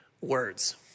words